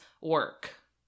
work